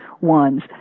ones